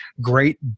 great